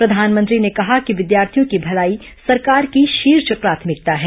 प्रधानमंत्री ने कहा कि विद्यार्थियों की भलाई सरकार की शीर्ष प्राथमिकता है